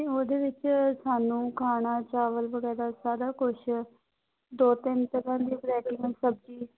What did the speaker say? ਨਹੀਂ ਉਹਦੇ ਵਿੱਚ ਸਾਨੂੰ ਖਾਣਾ ਚਾਵਲ ਵਗੈਰਾ ਸਾਰਾ ਕੁਛ ਦੋ ਤਿੰਨ ਤਰ੍ਹਾਂ ਦੀ ਵਰੈਟੀ ਨਾਲ ਸਬਜ਼ੀ